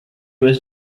was